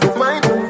mind